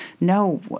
no